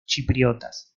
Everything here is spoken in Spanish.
chipriotas